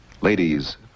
Ladies